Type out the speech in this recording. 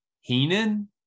Heenan